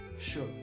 Sure